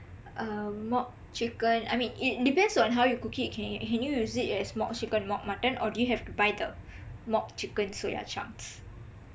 a mock chicken I mean it depends on how you cook it you can can you use it as mock chicken mock mutton or do you have to buy the mock chicken soya chunks